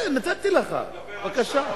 הנה, נתתי לך, בבקשה.